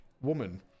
woman